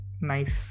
nice